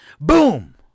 Boom